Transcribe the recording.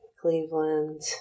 Cleveland